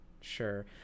Sure